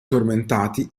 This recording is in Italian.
tormentati